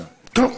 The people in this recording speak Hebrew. טוב,